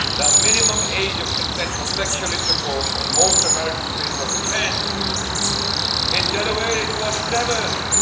the minimum age of consent for sexual intercourse in most american states was ten in delaware it was seven